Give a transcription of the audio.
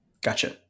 Gotcha